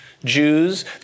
Jews